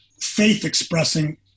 faith-expressing